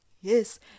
Yes